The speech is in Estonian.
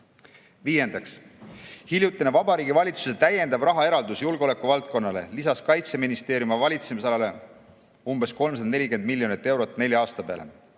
Viiendaks. Hiljutine Vabariigi Valitsuse täiendav rahaeraldus julgeolekuvaldkonnale lisas Kaitseministeeriumi valitsemisalale umbes 340 miljonit eurot nelja aasta peale,